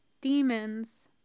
demons